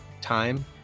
time